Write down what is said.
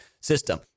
system